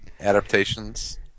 adaptations